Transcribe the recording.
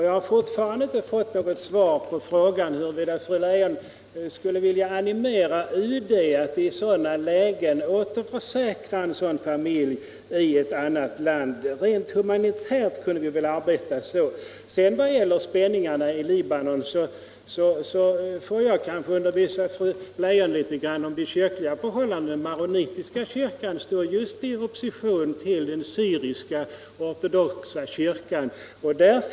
Jag har fortfarande inte fått svar på frågan huruvida fru Eeijon skulle vilja animera UD att i sådana lägen återförsäkra en familj i ett annat land. Rent humanitärt kunde vi arbeta så. När det gäller spänningarna i Libanon får jag kanske undervisa fru Leijon litet om de kyrkliga förhållandena. Den maronitiska kyrkan står i opposition mot den syrisk-ortodoxa kyrkan.